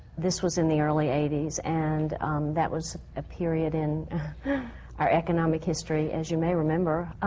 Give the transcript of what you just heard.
this was in the early eighties, and that was a period in our economic history, as you may remember,